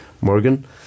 Morgan